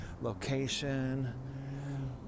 location